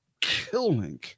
killing